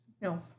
No